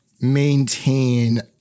maintain